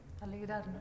Alegrarnos